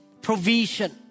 provision